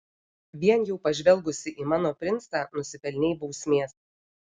vien jau pažvelgusi į mano princą nusipelnei bausmės